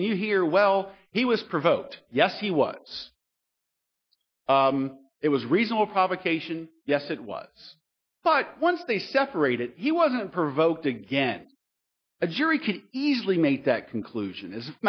and you hear well he was provoked yes he was it was reasonable provocation yes it was but once they separated he wasn't provoked again a jury could easily make that conclusion is